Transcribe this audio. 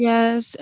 Yes